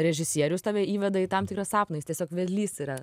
režisierius tave įveda į tam tikrą sapną jis tiesiog vedlys yra